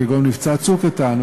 כגון מבצע "צוק איתן",